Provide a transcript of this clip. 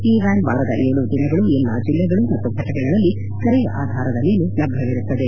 ಈ ವ್ಯಾನ್ ವಾರದ ಏಳೂ ದಿನಗಳೂ ಎಲ್ಲಾ ಜಿಲ್ಲೆಗಳು ಮತ್ತು ಘಟಕಗಳಲ್ಲಿ ಕರೆಯ ಆಧಾರದ ಮೇಲೆ ಲಭ್ಯವಿರುತ್ತದೆ